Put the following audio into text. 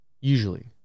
usually